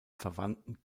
verwandten